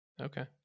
Okay